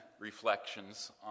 reflections